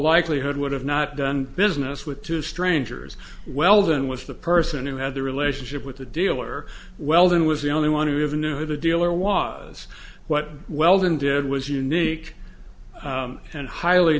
likelihood would have not done business with two strangers well then was the person who had the relationship with the dealer well that was the only want to have a new the dealer was what weldon did was unique and highly